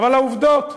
אבל העובדות,